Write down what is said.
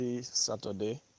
Saturday